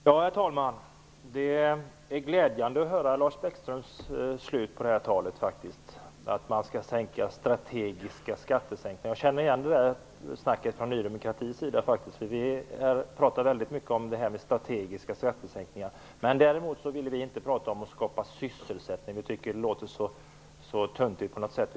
Herr talman! Det är glädjande att höra Lars Bäckströms avslutning på anförandet, att man skall sänka strategiska skatter. Jag känner igen det där snacket från Ny demokrati, för vi pratar väldigt mycket om detta med strategiska skattesänkningar. Men vi vill däremot inte prata om att skapa sysselsättning, för vi tycker att det låter så töntigt och konstigt på något sätt.